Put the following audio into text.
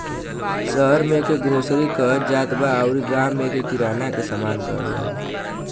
शहर में एके ग्रोसरी कहत जात बा अउरी गांव में एके किराना के सामान कहल जाला